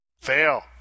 Fail